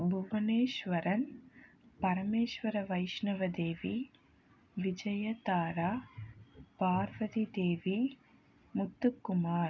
Bhuvaneswaran Parameswara Vaishnavadevi Vijayatara Parvathidevi Muthukumar